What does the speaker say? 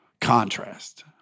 contrast